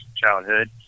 childhood